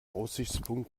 aussichtspunkt